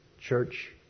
church